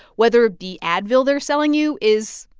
whether the advil they're selling you is,